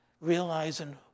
realizing